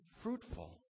fruitful